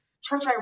church